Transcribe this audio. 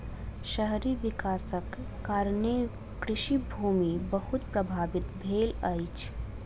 शहरी विकासक कारणें कृषि भूमि बहुत प्रभावित भेल अछि